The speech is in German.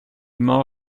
immer